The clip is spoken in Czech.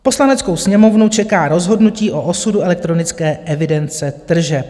Poslaneckou sněmovnu čeká rozhodnutí o osudu elektronické evidence tržeb.